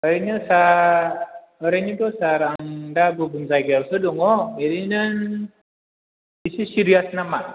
ओरैनो सार ओरैनोथ' सार आं दा गुबुन जायगायावसो दङ ओरैनो इसे सिरियास नामा